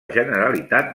generalitat